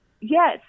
Yes